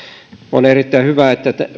on erittäin hyvä että